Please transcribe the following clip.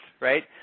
right